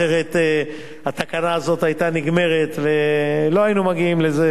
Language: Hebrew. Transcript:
אחרת התקנה הזאת היתה נגמרת ולא היינו מגיעים לזה,